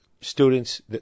students